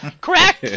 Correct